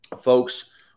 folks